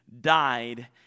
died